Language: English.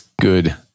good